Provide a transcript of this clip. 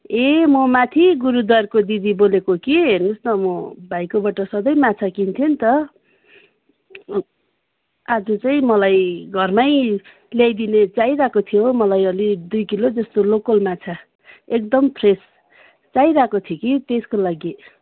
ए म माथि गुरूद्वाराको दिदी बोलेको कि हेर्नुहोस् न म भाइकोबाट सधैँ माछा किन्थेँ नि त आज चाहिँ मलाई घरमै ल्याइदिने चाहिरहेको थियो मलाई अलि दुई किलो जस्तो लोकल माछा एकदम फ्रेस चाहिरहेको थियो कि त्यसको लागि